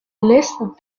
listed